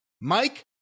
Mike